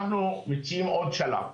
אנחנו מציעים עוד שלב,